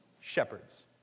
Shepherds